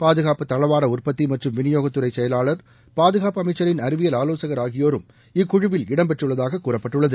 பாதுகாப்பு தளவாட உற்பத்தி மற்றும் விநியோக துறை செயலாளர் பாதுகாப்பு அமைச்சரின் அறிவியல் ஆலோசகர் ஆகியோரும் இக்குழுவில் இடம்பெற்றுள்ளதாக கூறப்பட்டுள்ளது